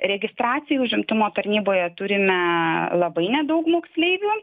registracija užimtumo tarnyboje turime labai nedaug moksleivių